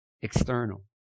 external